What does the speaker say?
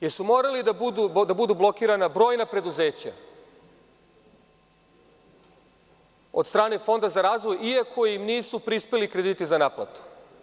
Da li su morala da budu blokirana brojna preduzeća od strane Fonda za razvoj, iako im nisu prispeli krediti za naplatu?